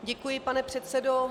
Děkuji, pane předsedo.